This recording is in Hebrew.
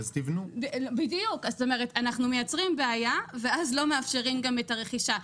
זאת אומרת אנחנו מייצרים בעיה ואז לא מאפשרים ג ם את הרכישה,